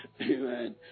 amen